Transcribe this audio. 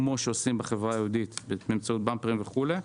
כמו שעושים בחברה היהודית באמצעות במפרים וכולי.